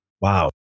Wow